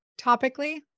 topically